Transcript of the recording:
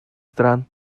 стран